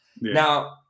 Now